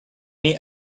niet